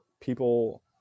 people